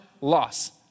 loss